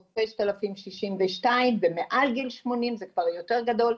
לזוג חמשת אלפים שישים ושניים; ומעל גיל שמונים זה כבר יותר גדול,